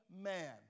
man